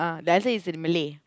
the answer is in Malay